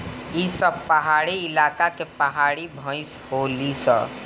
ई सब पहाड़ी इलाका के पहाड़ी भईस होली सन